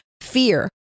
fear